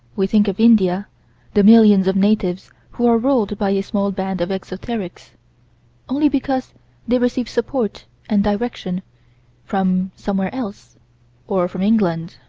we think of india the millions of natives who are ruled by a small band of esoterics only because they receive support and direction from somewhere else or from england.